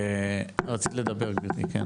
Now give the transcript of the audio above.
רצית לדבר כן?